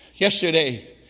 Yesterday